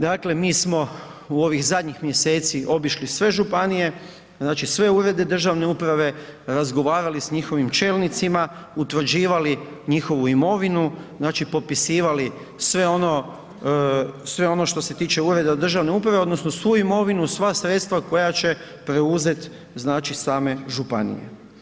Dakle, mi smo u ovih zadnjih mjeseci obišli sve županije, znači sve Urede države uprave, razgovarali s njihovim čelnicima, utvrđivali njihovu imovinu, znači popisivali sve ono što se tiče Ureda državne uprave odnosno svu imovinu, sva sredstva koja će preuzet znači same županije.